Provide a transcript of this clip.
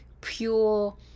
pure